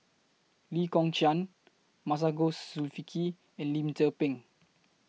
Lee Kong Chian Masagos Zulkifli and Lim Tze Peng